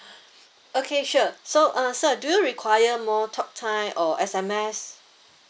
okay sure so uh sir do you require more talk time or S_M_S